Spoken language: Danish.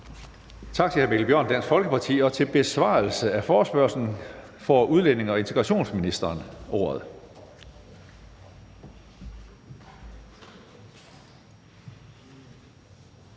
Tak til hr. Mikkel Bjørn, Dansk Folkeparti. Til besvarelse af forespørgslen får udlændinge- og integrationsministeren ordet.